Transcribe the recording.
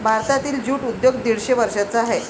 भारतातील ज्यूट उद्योग दीडशे वर्षांचा आहे